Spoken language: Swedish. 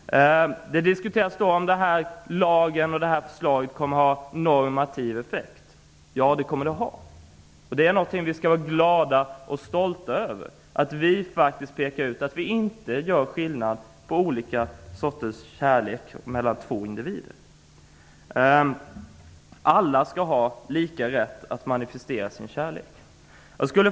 Det diskuteras om lagen och förslaget kommer att ha en normativ effekt. Ja, det kommer de att ha. Det är någonting som vi skall vara glada och stolta över. Vi pekar ut att vi inte gör skillnad på olika sorters kärlek mellan två individer. Alla skall ha lika rätt att manifestera sin kärlek.